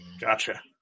Gotcha